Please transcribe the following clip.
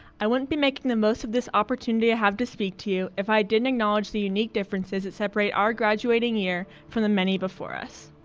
i wouldn't be making the most of this opportunity i have to speak to you if i didn't acknowledge the unique differences that separate our graduating year from the many before us.